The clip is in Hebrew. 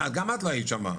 גם את לא היית שם.